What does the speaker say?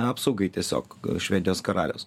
apsaugai tiesiog švedijos karaliaus